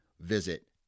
visit